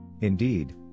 Indeed